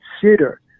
consider